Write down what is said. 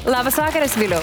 labas vakaras viliau